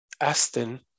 Aston